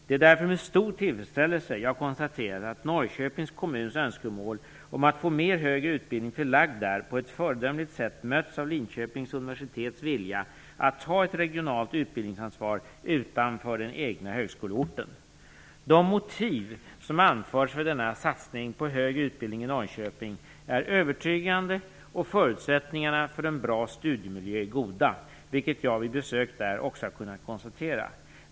Det är därför med stor tillfredsställelse jag konstaterar att Norrköpings kommuns önskemål om att få mer högre utbildning förlagd dit på ett föredömligt sätt mötts av Linköpings universitets vilja att ta ett regionalt utbildningsansvar utanför den egna högskoleorten. De motiv som anförs för denna satsning på högre utbildning i Norrköping är övertygande och förutsättningarna för en bra studiemiljö är goda, vilket jag vid besök där också har kunnat konstatera.